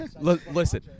Listen